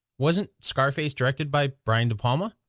wasn't scarface directed by brian de palma?